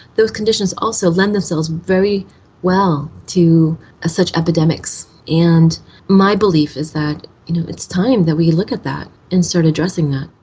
those conditions also lend themselves very well to ah such epidemics. and my belief is that you know it's time that we look at that and start addressing that.